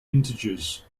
integers